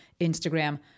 Instagram